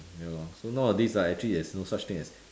ya lor so nowadays like there is no such thing as